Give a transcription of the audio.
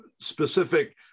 specific